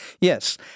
Yes